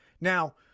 Now